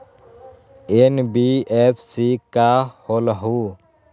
NBFC का होलहु?